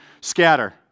scatter